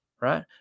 Right